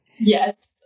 yes